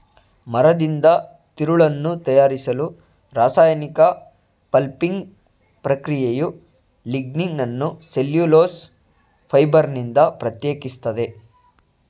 ಮರದಿಂದ ತಿರುಳನ್ನು ತಯಾರಿಸಲು ರಾಸಾಯನಿಕ ಪಲ್ಪಿಂಗ್ ಪ್ರಕ್ರಿಯೆಯು ಲಿಗ್ನಿನನ್ನು ಸೆಲ್ಯುಲೋಸ್ ಫೈಬರ್ನಿಂದ ಪ್ರತ್ಯೇಕಿಸ್ತದೆ